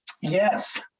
Yes